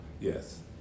Yes